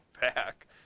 back